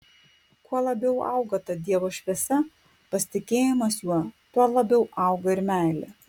kuo labiau auga ta dievo šviesa pasitikėjimas juo tuo labiau auga ir meilė